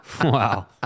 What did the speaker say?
Wow